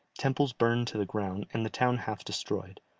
temples burned to the ground, and the town half destroyed,